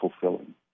fulfilling